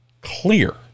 clear